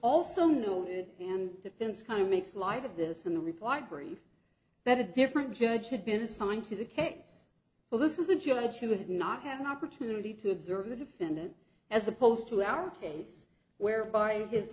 also noted and defense kind of makes light of this in the reply brief that a different judge had been assigned to the case so this is a judge who would not have an opportunity to observe the defendant as opposed to our case where by his